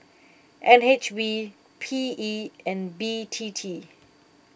N H B P E and B T T